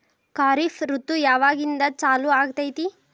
ಖಾರಿಫ್ ಋತು ಯಾವಾಗಿಂದ ಚಾಲು ಆಗ್ತೈತಿ?